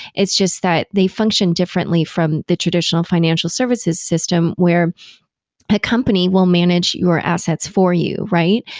it's just that they function differently from the traditional financial services system, where a company will manage your assets for you, right?